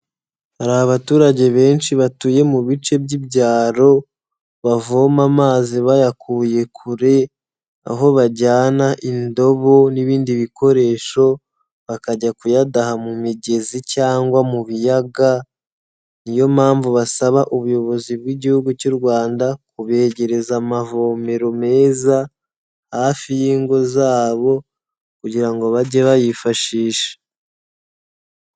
Hari abaturage benshi batuye mu bice by'ibyaro, bavoma amazi bayakuye kure, aho bajyana indobo n'ibindi bikoresho, bakajya kuyadaha mu migezi cyangwa mu biyaga, niyo mpamvu basaba ubuyobozi bw'igihugu cy'u Rwanda kubegereza amavomero meza, hafi y'ingo zabo kugira ngo bajye bayifashisha.